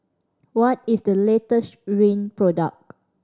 what is the latest Rene product